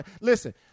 Listen